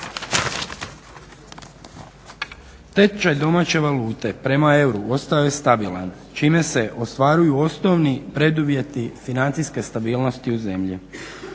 Tečaj domaće valute prema euru ostao je stabilan čime se ostvaruju osnovni preduvjeti financijske stabilnosti u zemlji.